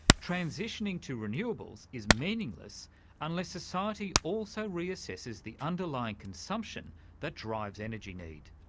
transitioning to renewables is meaningless unless society also reassesses the underlying consumption that drives energy need.